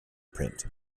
print